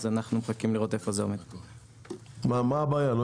אז אנחנו מחכים לראות איפה זה עומד.